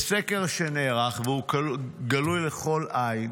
בסקר שנערך והוא גלוי לכל עין,